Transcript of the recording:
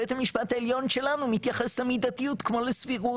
בית המשפט העליון שלנו מתייחס למידתיות כמו לסבירות,